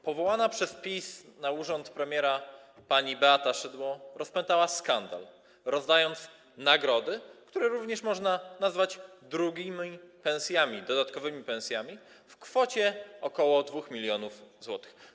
Powołana przez PiS na urząd premiera pani Beata Szydło rozpętała skandal, rozdając nagrody, które również można nazwać drugimi pensjami, dodatkowymi pensjami, w wysokości ok. 2 mln zł.